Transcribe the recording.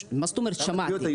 מה זאת אומרת שמעת?